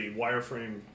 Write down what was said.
wireframe